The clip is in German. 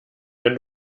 wenn